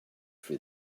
for